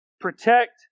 Protect